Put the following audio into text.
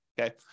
okay